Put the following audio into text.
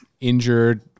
injured